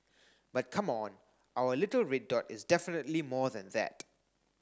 but come on our little red dot is definitely more than that